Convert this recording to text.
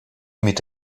mit